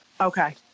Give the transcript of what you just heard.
Okay